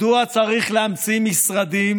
מדוע צריך להמציא משרדים